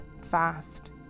fast